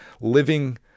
living